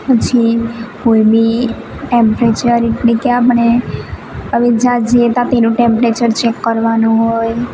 પછી કોઈ બી ટેમ્પરેચર એટલે કે આપણે આવી જ્યાં જઈએ તાં તેનું ટેમ્પરેચર ચેક કરવાનું હોય